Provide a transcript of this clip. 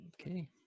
okay